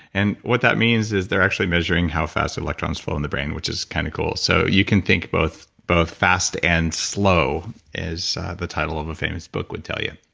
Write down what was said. and what that means is they're actually measuring how fast electrons flow in the brain, which is kind of cool. so you can think both both fast and slow as the title of a famous book would tell you